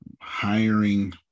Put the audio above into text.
Hiring